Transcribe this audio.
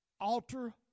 altar